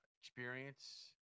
experience